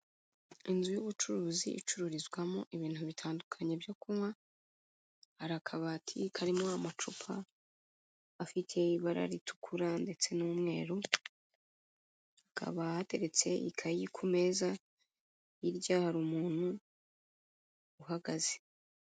Inzu y'ubucuruzi icururizwamo ibintu bitandukanye byo kunywa, hari akabati karimo amacupa afite ibara ritukura ndetse n'umweru, hakaba hateretse ikayi ku meza, hirya hari umuntu uhagaze.